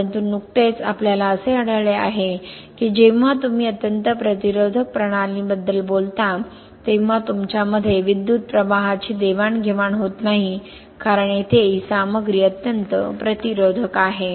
परंतु नुकतेच आपल्याला असे आढळले आहे की जेव्हा तुम्ही अत्यंत प्रतिरोधक प्रणालींबद्दल बोलतो तेव्हा तुमच्यामध्ये विद्युत प्रवाहाची देवाणघेवाण होत नाही कारण येथे ही सामग्री अत्यंत प्रतिरोधक आहे